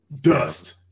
dust